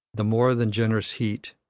the more than generous heat,